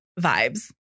Vibes